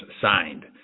signed